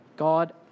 God